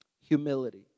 Humility